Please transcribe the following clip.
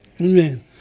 Amen